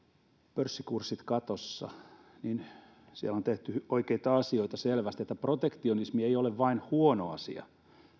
pörssikurssit katossa eli siellä on tehty oikeita asioita selvästi niin että protektionismi ei ole vain huono asia